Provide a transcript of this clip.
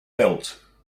belt